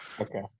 Okay